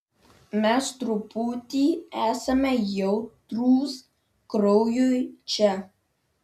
mes truputį esame jautrūs kraujui čia